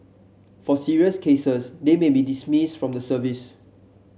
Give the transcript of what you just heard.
for serious cases they may be dismissed from the service